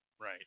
Right